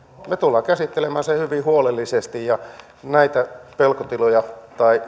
me tulemme käsittelemään sen hyvin huolellisesti ja mitä tulee pelkotiloihin tai